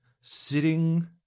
...sitting